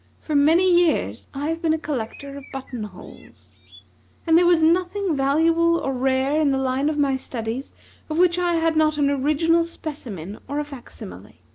for many years i have been a collector of button-holes and there was nothing valuable or rare in the line of my studies of which i had not an original specimen or a facsimile.